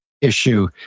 issue